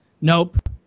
Nope